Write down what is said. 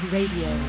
Radio